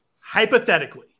Hypothetically